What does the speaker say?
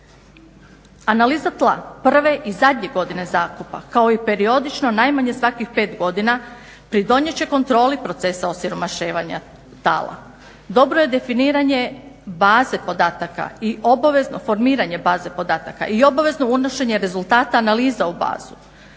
Analiza tla prve i zadnje godine zakupa kao i periodično najmanje svakih pet godina pridonijet će kontroli proces osiromašivanja tala. Dobro je definiranje baze podataka i obavezano formiranje baze podataka i obavezno unošenje rezultata analiza u bazu.